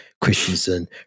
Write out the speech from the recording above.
Christensen